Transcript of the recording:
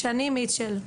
שני מיטשל.